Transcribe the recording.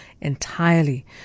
entirely